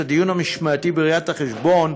את הדיון המשמעתי בראיית-החשבון,